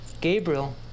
Gabriel